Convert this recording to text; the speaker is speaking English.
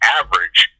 average